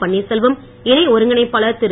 பன்னீர்செல்வம் இணை ஒருங்கிணைப்பாளர் திரு